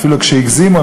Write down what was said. אפילו כשהגזימו,